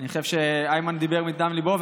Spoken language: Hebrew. אני חושב שאיימן דיבר מדם ליבו,